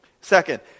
Second